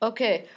Okay